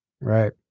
Right